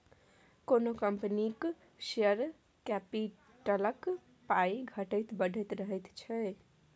कोनो कंपनीक शेयर कैपिटलक पाइ घटैत बढ़ैत रहैत छै